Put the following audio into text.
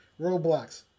Roblox